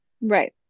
Right